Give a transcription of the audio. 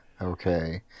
Okay